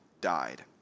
died